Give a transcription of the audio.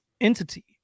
entity